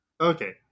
okay